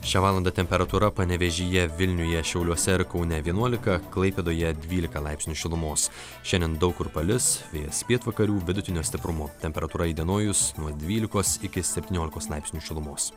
šią valandą temperatūra panevėžyje vilniuje šiauliuose ar kaune vienuolika klaipėdoje dvylika laipsnių šilumos šiandien daug kur palis vėjas pietvakarių vidutinio stiprumo temperatūra įdienojus nuo dvylikos iki septyniolikos laipsnių šilumos